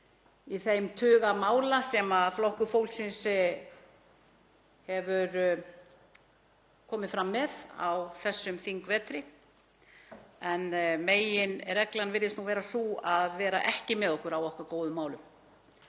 í þeim tugum mála sem Flokkur fólksins hefur komið fram með á þessum þingvetri en meginreglan virðist vera sú að vera ekki með okkur á okkar góðu málum